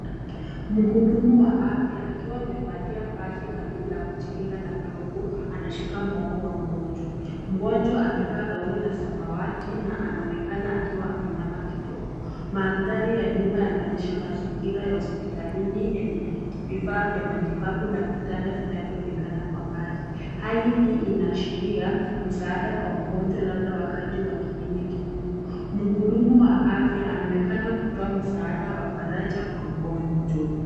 Mhudumu wa afya akiwa amevalia fasi kamili na kujikinga na glovu anashika muongo wa mgonjwa. Mgonjwa amevaa gauni la samawati na anaonekana akiwa ameinama kidogo. Mandhari ya nyuma yanaonyesha mazingira ya hospitalini yenye vifaa vya matibabu na vitanda vinavyoonekana kwa mbali. Hali hii inaashiria msaada kwa mgonjwa labda wakati wa kipindi kigumu. Mhudumu wa afya anaonekana kutoa msaada wa faraja kwa mgonjwa.